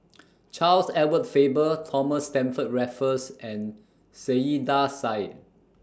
Charles Edward Faber Thomas Stamford Raffles and Saiedah Said